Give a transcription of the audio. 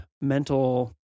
mental